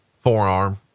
forearm